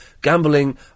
gambling